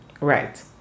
right